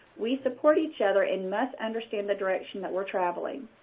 we support each other and must understand the direction that we're traveling.